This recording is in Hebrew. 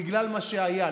בגלל מה שהיה,